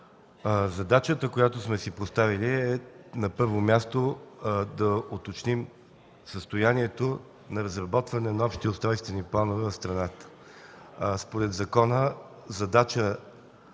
Задачата, която сме си поставили, е на първо място да уточним състоянието на разработване на общи устройствени планове в страната. Според закона, задача